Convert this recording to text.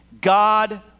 God